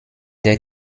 der